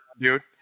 dude